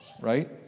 right